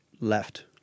left